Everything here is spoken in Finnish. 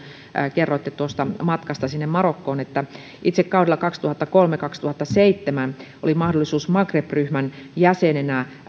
kerroitte tuosta matkasta marokkoon että itselläni kaudella kaksituhattakolme viiva kaksituhattaseitsemän oli mahdollisuus maghreb ryhmän jäsenenä